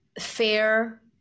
fair